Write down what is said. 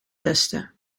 testen